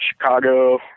Chicago